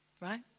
right